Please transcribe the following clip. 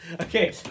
Okay